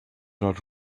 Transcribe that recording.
not